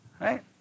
right